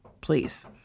Please